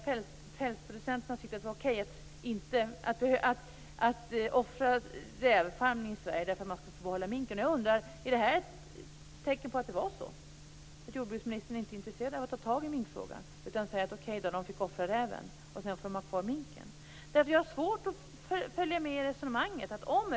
Pälsproducenterna tyckte att det var okej att offra rävfarmarna för att de skulle få behålla minken. Jag undrar: Är detta ett tecken på att det var så att jordbruksministern inte var intresserad av att ta tag i minkfrågan? Tyckte hon att det var okej att de fick offra räven medan de fick ha kvar minken? Jag har svårt att följa med i resonemanget.